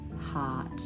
heart